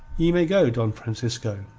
ye may go, don francisco.